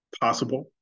possible